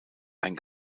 ein